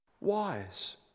wise